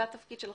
זה התפקיד שלכם.